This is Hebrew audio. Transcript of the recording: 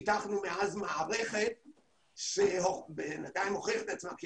מאז פיתחנו מערכת שבינתיים הוכיחה את עצמה כי